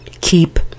keep